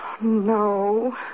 No